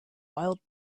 wild